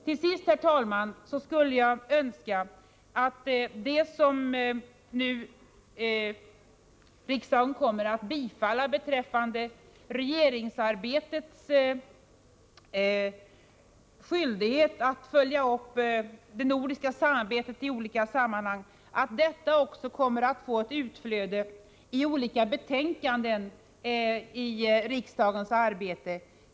Till sist, herr talman, hoppas jag att det beslut som riksdagen i dag går att fatta om regeringens skyldighet att i olika sammanhang beakta de nordiska synpunkterna kommer att ge resultat när det gäller de förslag som framläggs för riksdagen.